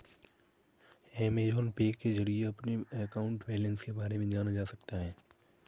Amazon Pay के जरिए अपने अकाउंट बैलेंस के बारे में जाना जा सकता है